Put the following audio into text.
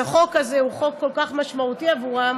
החוק הזה הוא חוק כל כך משמעותי עבורן,